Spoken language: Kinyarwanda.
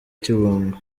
kibungo